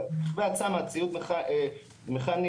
ציוד מכני